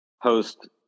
host